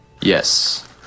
Yes